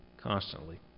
constantly